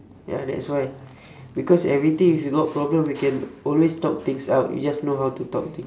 ya that's why because everything if you got problem we can always talk things out you just know how to talk things